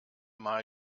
mal